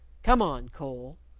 come on, cole!